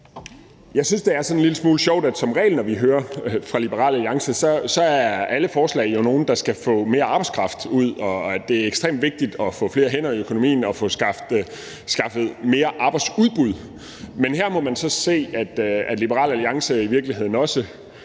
Jeg synes, det er sådan en lille smule sjovt, at når vi hører fra Liberal Alliance, er det som regel noget med, at alle forslag er forslag, der skal få mere arbejdskraft ud, og at det er ekstremt vigtigt at få flere hænder i økonomien og få skaffet mere arbejdsudbud. Men her må man så se, at Liberal Alliance i virkeligheden også